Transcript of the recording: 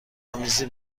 آمیزی